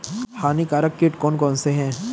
हानिकारक कीट कौन कौन से हैं?